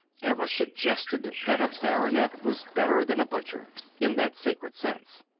ever suggested that a baronet was better than a butcher in that sacred sense.